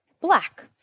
black